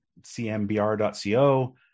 cmbr.co